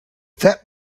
that